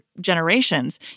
generations